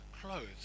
clothes